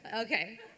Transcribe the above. Okay